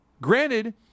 granted